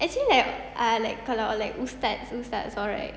actually right err like kalau like ustaz ustaz all right